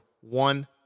one